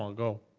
um go.